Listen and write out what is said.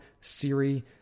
Siri